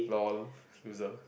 lol loser